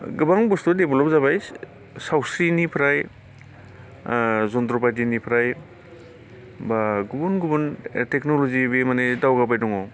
गोबां बुस्तु देभेलप जाबाय सावस्रिनिफ्राय जनथ्र' बायदिनिफ्राय बा गुबुन गुबुन टेकनलजि बे माने दावगाबाय दङ